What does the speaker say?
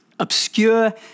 obscure